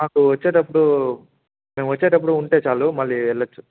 మాకు వచ్చేటప్పుడు మేము వచ్చేటప్పుడు ఉంటే చాలు మళ్ళీ వెల్లచ్చు